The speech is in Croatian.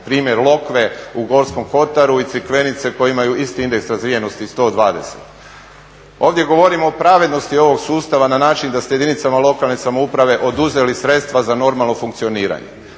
Primjer Lokve u Gorskom Kotaru i Crikvenice koji imaju isti indeks razvijenosti 120. Ovdje govorim o pravednosti ovog sustava na način da ste jedinice lokalne samouprave oduzeli sredstva za normalno funkcioniranje,